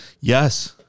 Yes